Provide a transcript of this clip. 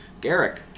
Garrick